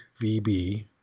VB